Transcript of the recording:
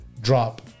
drop